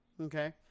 okay